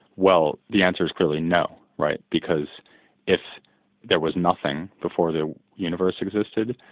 well, the answer is clearly no, right? because if there was nothing before the universe existed,